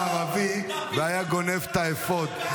אני רק מתאר לעצמי מה היה קורה אם הקצין היה ערבי והיה גונב את האפוד,